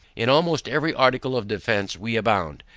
in almost every article of defence we abound.